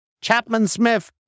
Chapman-Smith